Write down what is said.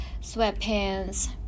sweatpants